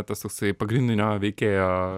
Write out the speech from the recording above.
tas toksai pagrindinio veikėjo